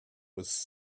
was